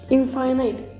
Infinite